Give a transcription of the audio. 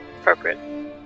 appropriate